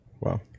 Wow